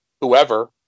whoever